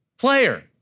player